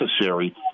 necessary